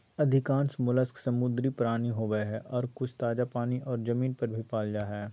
अधिकांश मोलस्क समुद्री प्राणी होवई हई, आर कुछ ताजा पानी आर जमीन पर भी पाल जा हई